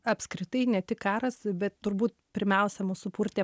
apskritai ne tik karas bet turbūt pirmiausia mus supurtė